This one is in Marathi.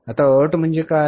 आता अट म्हणजे काय